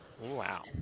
Wow